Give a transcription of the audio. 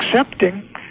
accepting